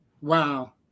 Wow